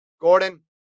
gordon